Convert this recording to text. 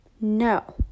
No